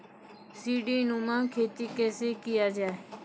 सीडीनुमा खेती कैसे किया जाय?